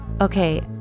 Okay